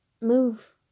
move